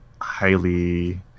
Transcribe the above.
highly